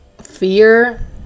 fear